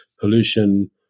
pollution